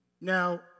Now